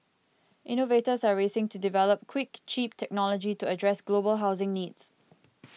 innovators are racing to develop quick cheap technology to address global housing needs